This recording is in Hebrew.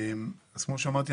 כמו שאמרתי,